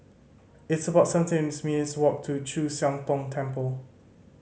it's about seventeen minutes' walk to Chu Siang Tong Temple